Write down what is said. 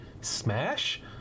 Smash